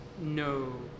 no